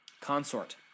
consort